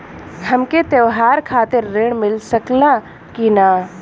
हमके त्योहार खातिर त्रण मिल सकला कि ना?